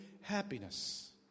happiness